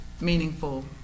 meaningful